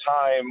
time